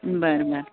बरं बरं